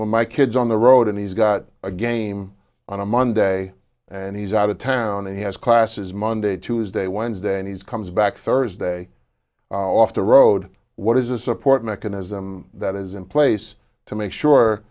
when my kids on the road and he's got a game on a monday and he's out of town and he has classes monday tuesday wednesday and he's comes back thursday off the road what is a support mechanism that is in place to make sure